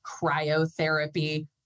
cryotherapy